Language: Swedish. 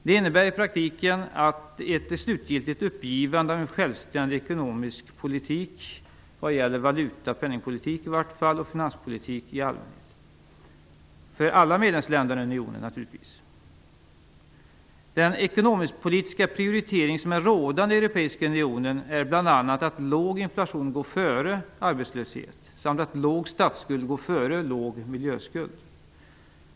Det innebär i praktiken ett slutgiltigt uppgivande av en självständig ekonomisk politik vad gäller valuta och penningpolitik och finanspolitik i allmänhet i alla medlemsländerna. Den ekonomisk-politiska prioritering som är rådande i Europeiska unionen är bl.a. att låg inflation går före låg arbetslöshet samt att låg statsskuld går före låg miljöskuld.